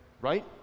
right